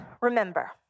remember